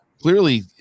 clearly